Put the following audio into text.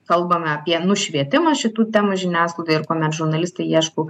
kalbame apie nušvietimą šitų temų žiniasklaidoje ir kuomet žurnalistai ieško